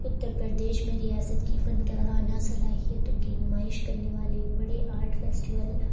اتر پردیش میں ریاست کی فنکارانہ صلاحیتوں کی نمائش کرنے والے بڑے آرٹ فیسٹیول